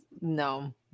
No